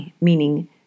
meaning